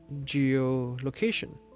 geolocation